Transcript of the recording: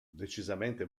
decisamente